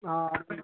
ఆ అవును